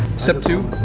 step two,